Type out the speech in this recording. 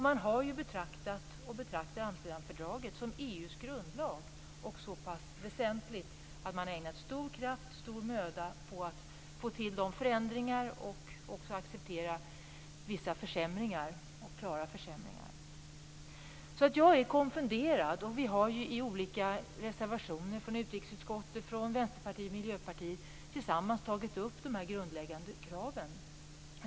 Man har betraktat och betraktar ju Amsterdamfördraget som EU:s grundlag, något så väsentligt att man har ägnat stor kraft och möda åt att få till stånd förändringar och även accepterat vissa klara försämringar. Jag är alltså konfunderad, och vi har i reservationer i utrikesutskottet från Vänsterpartiet och Miljöpartiet tillsammans tagit upp dessa grundläggande krav.